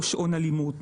או שעון אלימות,